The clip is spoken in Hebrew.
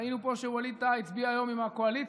ראינו פה שווליד טאהא הצביע היום עם הקואליציה